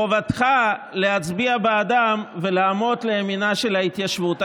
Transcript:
חובתך להצביע בעדם ולעמוד לימינה של ההתיישבות.